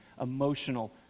Emotional